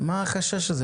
החשש?